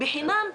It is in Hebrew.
בחינם.